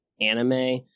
anime